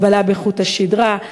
חבלה בחוט השדרה,